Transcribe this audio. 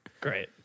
Great